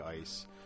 ice